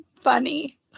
funny